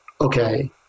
okay